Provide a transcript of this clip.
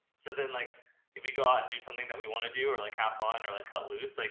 so then like if we go out and do something that we want to do, or like have fun or like cut loose, like